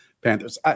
Panthers